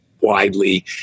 widely